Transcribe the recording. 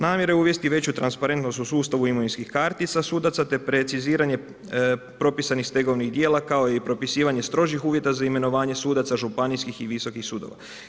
Namjera je uvesti veću transparentnost u sustavu imovinskih kartica sudaca te preciziranje propisanih stegovnih djela, kao i propisivanje strožih uvjeta za imenovanje sudaca županijskih i visokih sudova.